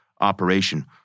operation